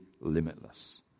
limitless